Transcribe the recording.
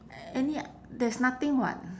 any there's nothing [what]